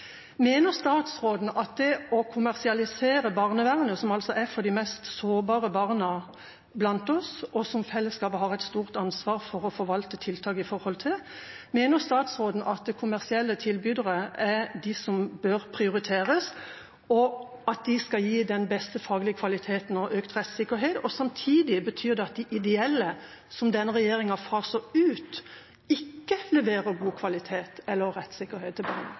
Mener statsråden at kommersielle tilbydere i barnevernet – som altså er for de mest sårbare barna blant oss, og som fellesskapet har et stort ansvar for å forvalte tiltak overfor – er de som bør prioriteres, og at de skal gi den beste faglige kvaliteten og økt rettssikkerhet? Betyr det samtidig at de ideelle, som denne regjeringa faser ut, ikke leverer god kvalitet eller rettssikkerhet?